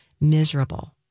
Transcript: miserable